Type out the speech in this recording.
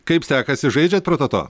kaip sekasi žaidžiat prototo